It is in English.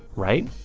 right?